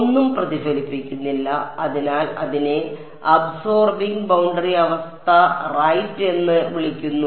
ഒന്നും പ്രതിഫലിക്കുന്നില്ല അതിനാൽ അതിനെ അബ്സോർബിംഗ് ബൌണ്ടറി അവസ്ഥ റൈറ്റ് എന്ന് വിളിക്കുന്നു